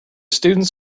students